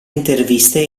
interviste